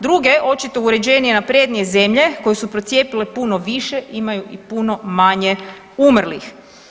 Druge očito uređenije i naprednije zemlje koje su procijepile puno više imaju i puno manje umrlih.